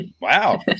wow